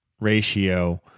ratio